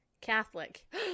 Catholic